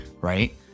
right